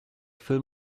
film